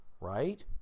right